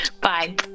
Bye